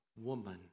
woman